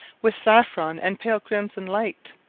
with saffron and pale crimson light,